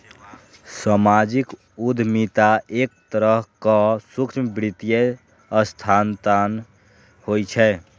सामाजिक उद्यमिता एक तरहक सूक्ष्म वित्तीय संस्थान होइ छै